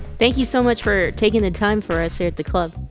thank you so much for taking the time for us here at the club